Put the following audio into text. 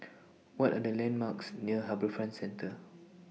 What Are The landmarks near HarbourFront Centre